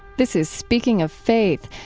this is speaking of faith.